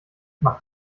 macht